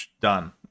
done